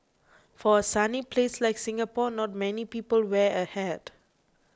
for a sunny place like Singapore not many people wear a hat